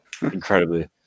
incredibly